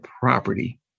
property